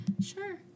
sure